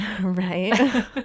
Right